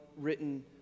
written